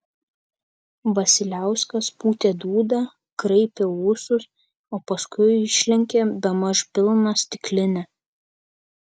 vasiliauskas pūtė dūdą kraipė ūsus o paskui išlenkė bemaž pilną stiklinę